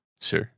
Sure